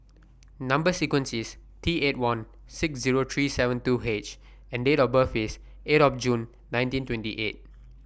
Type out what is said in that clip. Number sequence IS T eight one six Zero three seven two H and Date of birth IS eight of June nineteen twenty eight